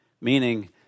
meaning